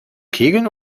kegeln